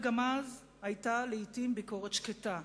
גם אז היתה לעתים ביקורת שקטה.